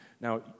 Now